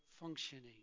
functioning